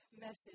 message